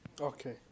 Okay